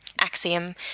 Axiom